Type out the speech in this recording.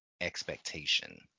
expectation